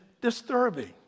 disturbing